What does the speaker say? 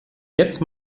jetzt